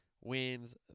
wins